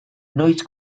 noiz